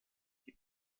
die